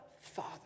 Father